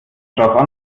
drauf